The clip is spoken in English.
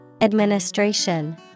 Administration